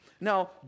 now